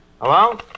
Hello